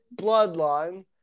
Bloodline